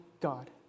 God